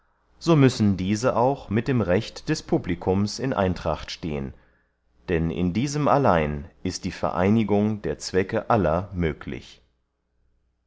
so müssen diese auch mit dem recht des publicums in eintracht stehen denn in diesem allein ist die vereinigung der zwecke aller möglich